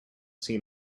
seen